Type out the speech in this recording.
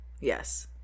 yes